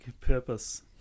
purpose